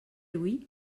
hui